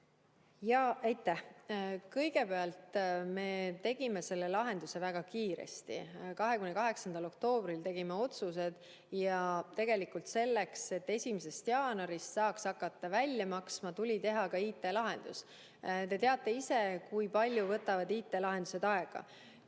Aitäh! Kõigepealt, me tegime selle lahenduse väga kiiresti: 28. oktoobril tegime otsused ja tegelikult selleks, et 1. jaanuarist saaks hakata välja maksma, tuli teha ka IT-lahendus. Te teate ise, kui palju võtavad IT-lahendused aega.